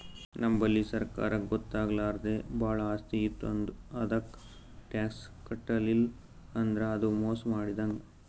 ನಮ್ ಬಲ್ಲಿ ಸರ್ಕಾರಕ್ಕ್ ಗೊತ್ತಾಗ್ಲಾರ್ದೆ ಭಾಳ್ ಆಸ್ತಿ ಇತ್ತು ಅದಕ್ಕ್ ಟ್ಯಾಕ್ಸ್ ಕಟ್ಟಲಿಲ್ಲ್ ಅಂದ್ರ ಅದು ಮೋಸ್ ಮಾಡಿದಂಗ್